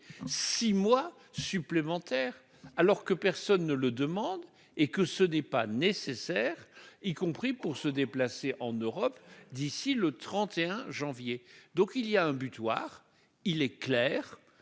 mois supplémentaires, alors que personne ne le demande et que ce n'est pas nécessaire, y compris pour se déplacer en Europe d'ici au 31 janvier. Cette date butoir me semble claire,